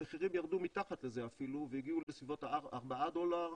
המחירים ירדו מתחת לזה והגיעו לבסביבות ארבעה דולר.